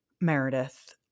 Meredith